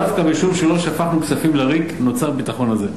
דווקא משום שלא שפכנו כספים לריק נוצר הביטחון הזה.